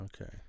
Okay